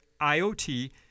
IoT